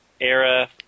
era